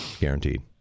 guaranteed